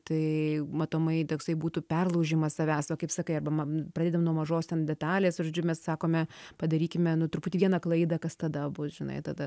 tai matomai toksai būtų perlaužimas savęs kaip sakai arba man pradedam nuo mažos ten detalės ir žodžiu mes sakome padarykime nu truputį vieną klaidą kas tada bus žinai tada